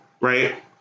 right